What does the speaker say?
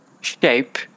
shape